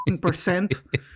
percent